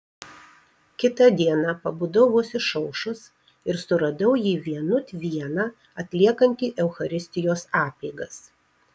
kitą dieną pabudau vos išaušus ir suradau jį vienut vieną atliekantį eucharistijos apeigas